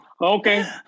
Okay